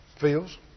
feels